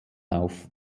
auf